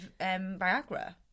Viagra